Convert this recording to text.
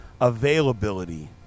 availability